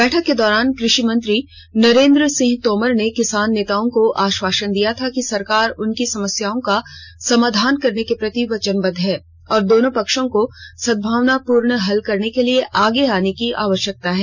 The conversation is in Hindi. बैठक के दौरान कृषि मंत्री नरेन्द्र सिंह तोमर ने किसान नेताओं को आश्वासन दिया था कि सरकार उनकी समस्याओं का समाधान करने के प्रति वचनबद्व है और दोनों पक्षों को सद्भावपूर्ण हल के लिए आगे आने की आवश्यकता है